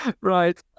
Right